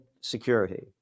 security